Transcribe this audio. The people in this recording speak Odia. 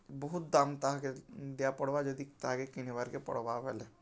ବହୁତ୍ ଦାମ୍ ତାହାକେ ଦିଆ ପଡ଼୍ବା ଯଦି ତାହାକେ କିଣ୍ବାର୍କେ ପଡ଼୍ବା ବେଲେ